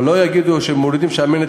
אבל לא יגידו שמורידים מחיר של שמנת